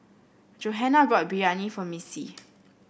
Johana bought Biryani for Missy